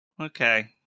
okay